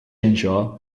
anseo